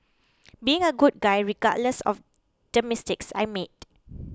being a good guy regardless of the mistakes I made